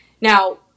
Now